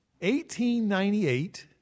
1898